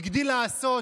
הגדיל לעשות